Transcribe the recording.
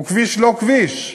הוא כביש-לא-כביש,